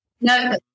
no